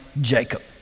Jacob